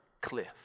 cliff